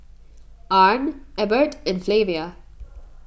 Arne Ebert and Flavia